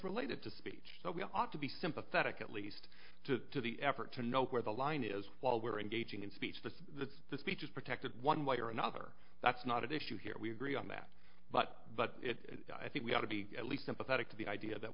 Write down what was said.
related to speech so we ought to be sympathetic at least to the effort to know where the line is while we're engaging in speech the speech is protected one way or another that's not at issue here we agree on that but but i think we ought to be at least sympathetic to the idea that